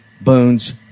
Boone's